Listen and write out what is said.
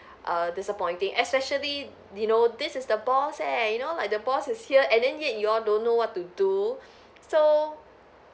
err disappointing especially you know this is the boss eh you know like the boss is here and then yet you all don't know what to do so